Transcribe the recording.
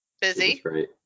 Busy